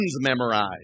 memorized